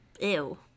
Ew